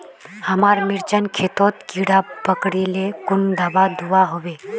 हमार मिर्चन खेतोत कीड़ा पकरिले कुन दाबा दुआहोबे?